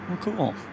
cool